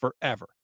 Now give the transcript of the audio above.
forever